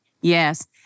Yes